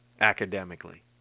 academically